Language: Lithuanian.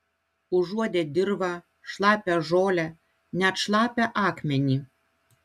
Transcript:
užuodė dirvą šlapią žolę net šlapią akmenį